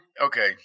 Okay